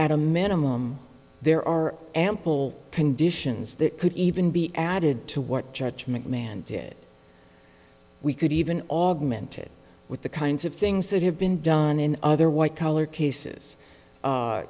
at a minimum there are ample conditions that could even be added to what judge mcmahon did we could even augment it with the kinds of things that have been done in other white collar cases